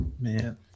Man